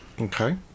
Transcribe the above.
Okay